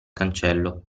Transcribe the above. cancello